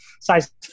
size